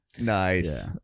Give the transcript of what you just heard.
Nice